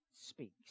speaks